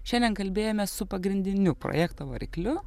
šiandien kalbėjome su pagrindiniu projekto varikliu